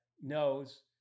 knows